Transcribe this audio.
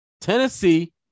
tennessee